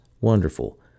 wonderful